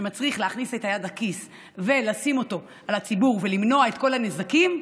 שמצריך להכניס את היד לכיס ולשים אותו על הציבור ולמנוע את כל הנזקים,